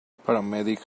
paramedic